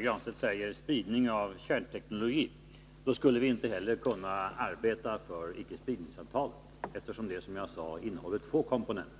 Granstedt säger, motverka spridning av kärnteknologi, skulle vi inte heller kunna arbeta för icke-spridningsavtalet, eftersom det — som jag sade — innehåller två komponenter.